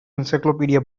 encyclopedia